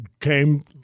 came